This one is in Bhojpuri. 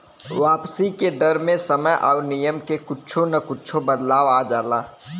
वापसी के दर मे समय आउर नियम में कुच्छो न कुच्छो बदलाव आ जाला